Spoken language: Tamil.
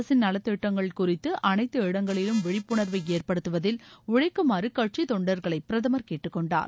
அரசின் நலத்திட்டங்கள் குறித்து அளைத்து இடங்களிலும் விழிப்புணர்வை ஏற்படுத்துவதில் உழைக்குமாறு கட்சித் தொண்டர்களை பிரதமர் கேட்டுக்கொண்டார்